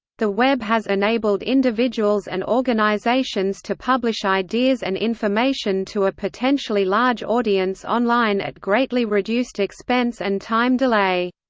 the web has enabled individuals and organizations to publish ideas and information to a potentially large audience online at greatly reduced expense and time delay.